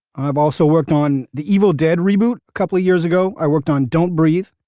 i've also worked on the evil dead reboot a couple of years ago. i worked on don't breathe,